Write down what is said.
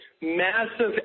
massive